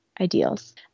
ideals